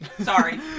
Sorry